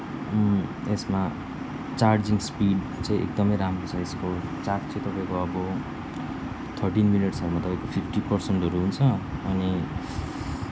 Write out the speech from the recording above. यसमा charging speed चाहिँ एकदमै राम्रो छ यसको चार्ज चाहिँ तपाईँको अब थर्टिन मिनेट्सहरूमा तपाईँको फिफ्टी पर्सेन्टहरू हुन्छ अनि